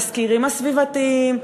בתסקירים הסביבתיים,